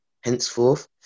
Henceforth